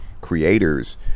creators